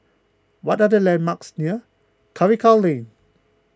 what are the landmarks near Karikal Lane